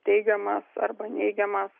teigiamas arba neigiamas